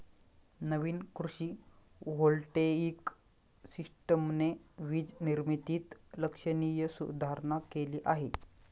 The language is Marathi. नवीन कृषी व्होल्टेइक सिस्टमने वीज निर्मितीत लक्षणीय सुधारणा केली आहे